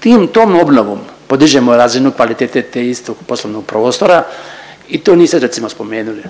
tim, tom obnovom podižemo razinu kvalitete te istu poslovnog prostora i to niste recimo spomenuli.